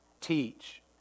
teach